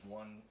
one